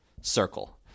circle